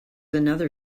another